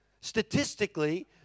statistically